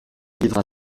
vivre